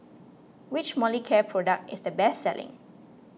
which Molicare product is the best selling